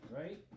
right